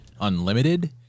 unlimited